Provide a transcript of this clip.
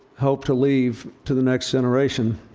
hope to leave to the next generation,